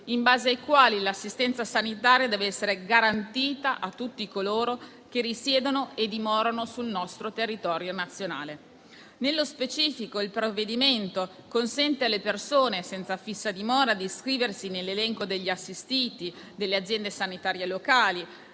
in base ai quali l'assistenza sanitaria deve essere garantita a tutti coloro che risiedono e dimorano sul nostro territorio nazionale. Nello specifico, il provvedimento consente alle persone senza fissa dimora di iscriversi nell'elenco degli assistiti delle aziende sanitarie locali,